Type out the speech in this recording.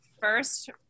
first